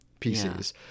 PCs